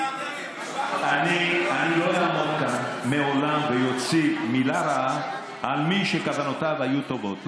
אני לעולם לא אעמוד כאן ואוציא מילה רעה על מי שכוונותיו היו טובות,